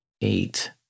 eight